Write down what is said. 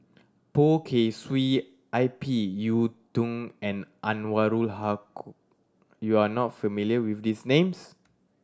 Poh Kay Swee I P Yiu Tung and Anwarul you are not familiar with these names